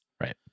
Right